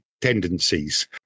tendencies